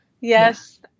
yes